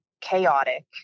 chaotic